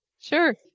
Sure